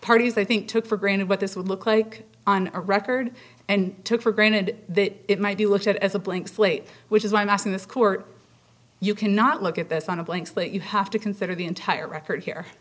parties i think took for granted what this would look like on a record and took for granted that it might be looked at as a blank slate which is why i'm asking this court you cannot look at this on a blank slate you have to consider the entire record here